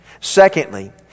Secondly